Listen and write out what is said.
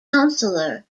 councillor